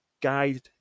guide